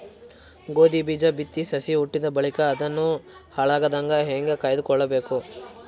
ಗೋಧಿ ಬೀಜ ಬಿತ್ತಿ ಸಸಿ ಹುಟ್ಟಿದ ಬಳಿಕ ಅದನ್ನು ಹಾಳಾಗದಂಗ ಹೇಂಗ ಕಾಯ್ದುಕೊಳಬೇಕು?